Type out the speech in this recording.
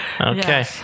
Okay